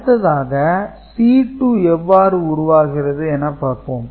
அடுத்ததாக C2 எவ்வாறு உருவாகிறது என பார்ப்போம்